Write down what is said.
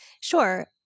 Sure